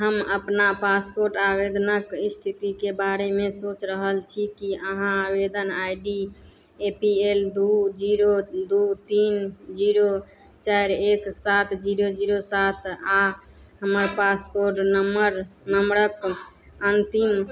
हम अपना पासपोर्ट आवेदनक स्थितिके बारेमे सोचि रहल छी कि अहाँ आवेदन I D A P L दू जीरो दू तीन जीरो चारि एक सात जीरो जीरो सात आओर हमर पासपोर्ट नंबर नंबरक अन्तिम